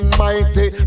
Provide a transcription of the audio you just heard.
mighty